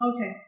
Okay